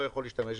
לא יכול להשתמש בו,